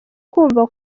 kumva